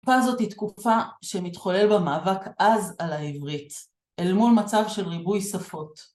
פעם זאת תקופה שמתחולל במאבק עז על העברית אל מול מצב של ריבוי שפות.